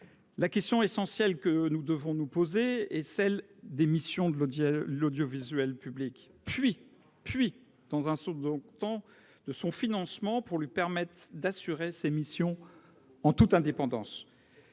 La question essentielle que nous devons nous poser est celle des missions de l'audiovisuel public, puis de son financement pour lui permettre d'assurer ses missions en toute indépendance.